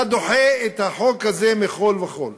אתה דוחה את החוק הזה מכול וכול.